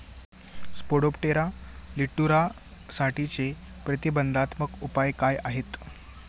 Spodoptera लिट्युरासाठीचे प्रतिबंधात्मक उपाय काय आहेत?